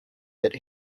that